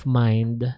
mind